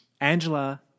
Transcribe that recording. Angela